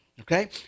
okay